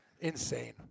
Insane